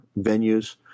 venues